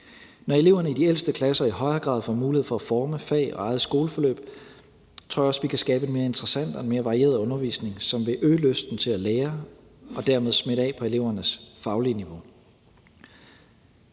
Når eleverne i de ældste klasser i højere grad får mulighed for at forme fag og eget skoleforløb, tror jeg også, at vi kan skabe en mere interessant og en mere varieret undervisning, som vil øge lysten til at lære og dermed smitte af på elevernes faglige niveau,